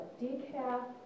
decaf